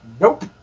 Nope